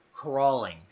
crawling